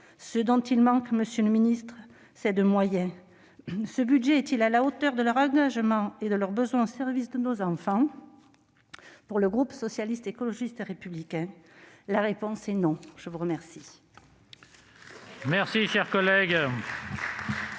Ce dont ils manquent, monsieur le ministre, c'est de moyens. Ce budget est-il à la hauteur de leur engagement et de leurs besoins au service de nos enfants ? Pour le groupe Socialiste, Écologiste et Républicain, la réponse est : non ! La parole